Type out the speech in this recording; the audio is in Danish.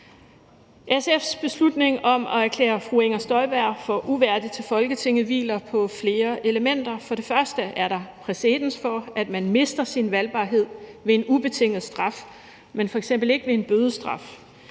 SF's beslutning om at erklære fru Inger Støjberg for uværdig til Folketinget hviler på flere elementer. For det første er der præcedens for, at man mister sin valgbarhed ved en ubetinget straf, men f.eks. ikke ved en bødestraf.